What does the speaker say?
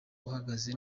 uhagaze